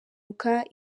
mpanuka